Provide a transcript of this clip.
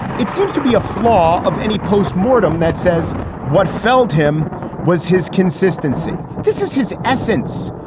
it seems to be a flaw of any post-mortem that says what felled him was his consistency. this is his essence.